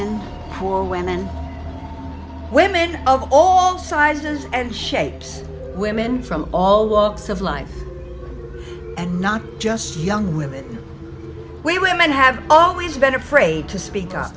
en or women women of all sizes and shapes women from all walks of life and not just young women we women have always been afraid to speak up